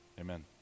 Amen